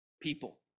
people